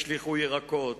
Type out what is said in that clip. השליכו ירקות,